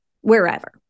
wherever